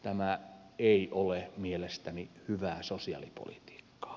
tämä ei ole mielestäni hyvää sosiaalipolitiikkaa